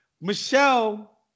Michelle